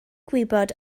gwybod